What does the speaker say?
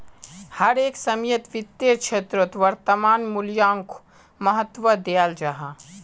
हर एक समयेत वित्तेर क्षेत्रोत वर्तमान मूल्योक महत्वा दियाल जाहा